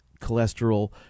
cholesterol